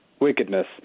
wickedness